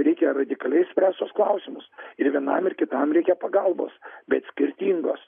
reikia radikaliaispręst tuos klausimus ir vienam ir kitam reikia pagalbos bet skirtingos